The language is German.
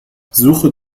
suche